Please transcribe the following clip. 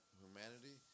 humanity